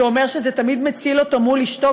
שאומר שזה תמיד מציל אותו מול אשתו,